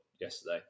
Yesterday